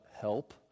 help